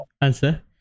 answer